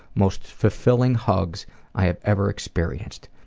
most fulfilling hugs i have ever experienced.